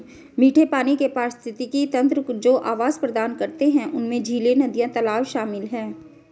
मीठे पानी के पारिस्थितिक तंत्र जो आवास प्रदान करते हैं उनमें झीलें, नदियाँ, तालाब शामिल हैं